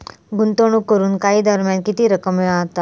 गुंतवणूक करून काही दरम्यान किती रक्कम मिळता?